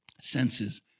senses